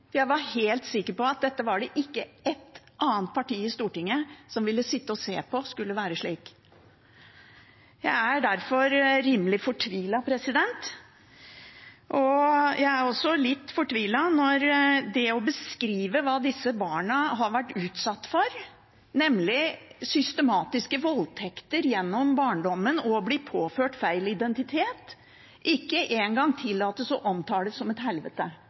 Jeg var helt sikker på at det ikke var ett annet parti i Stortinget som ville sitte og se på at dette skulle være slik. Jeg er derfor rimelig fortvilet. Jeg er også litt fortvilet når det å beskrive hva disse barna har vært utsatt for, nemlig systematiske voldtekter gjennom barndommen og det å bli påført feil identitet, ikke engang tillates å omtales som «et helvete».